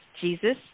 Jesus